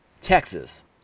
Texas